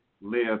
live